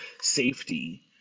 safety